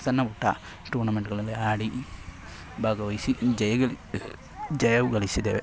ಸಣ್ಣ ಪುಟ್ಟ ಟೂರ್ನಮೆಂಟ್ಗಳಲ್ಲಿ ಆಡಿ ಭಾಗವಹಿಸಿ ಜಯಗಲಿ ಜಯವು ಗಳಿಸಿದ್ದೇವೆ